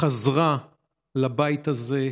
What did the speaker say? חזרה לבית הזה,